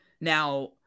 Now